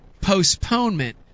postponement